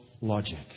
logic